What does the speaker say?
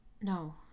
No